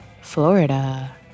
Florida